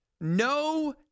no